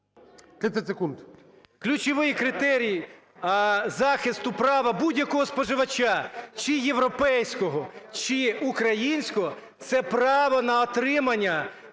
Ключовий критерій захисту права будь-якого споживача – чи європейського, чи українського – це право на отримання,